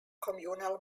communal